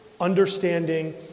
understanding